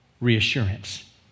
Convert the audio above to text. reassurance